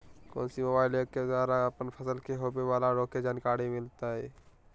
कौन सी mobile app के द्वारा अपन फसल के होबे बाला रोग के जानकारी मिलताय?